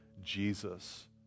Jesus